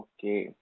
Okay